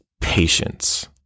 patience